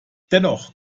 dennoch